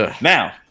Now